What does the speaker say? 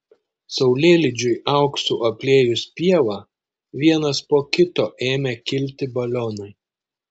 saulėlydžiui auksu apliejus pievą vienas po kito ėmė kilti balionai